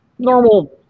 Normal